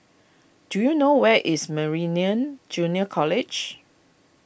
do you know where is Meridian Junior College